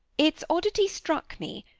its oddity struck me,